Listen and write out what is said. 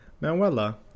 Manuela